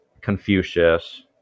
confucius